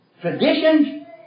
traditions